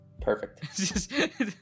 perfect